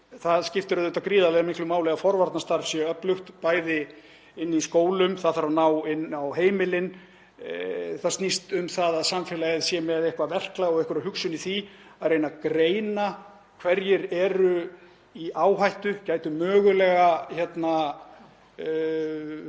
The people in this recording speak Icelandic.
Það skiptir gríðarlega miklu máli að forvarnastarf sé öflugt, bæði inni í skólum, það þarf að ná inn á heimilin. Það snýst um að samfélagið sé með eitthvert verklag, einhverja hugsun í því að reyna að greina hverjir eru í áhættu, gætu mögulega farið